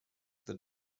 the